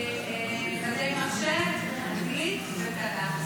ארבעה, מתמטיקה, מדעי המחשב, אנגלית ותנ"ך.